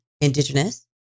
indigenous